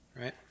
Right